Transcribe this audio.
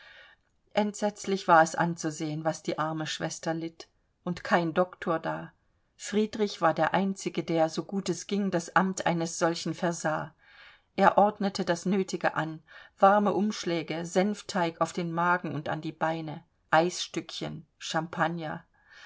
entsetzlich war es anzuseher was die arme schwester litt und kein doktor da friedrich war der einzige der so gut es ging das amt eines solchen versah er ordnete das nötige an warme umschläge senfteig auf den magen und an die beine eisstückchen champagner